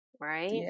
right